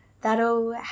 that'll